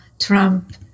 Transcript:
Trump